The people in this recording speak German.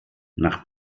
nach